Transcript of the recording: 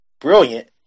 brilliant